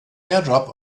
airdrop